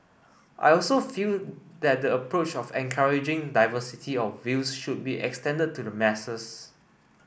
I also feel that the approach of encouraging diversity of views should be extended to the masses